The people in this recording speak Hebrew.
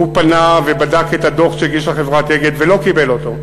הוא פנה ובדק את הדוח שהגישה חברת "אגד" ולא קיבל אותו,